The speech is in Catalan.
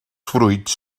fruits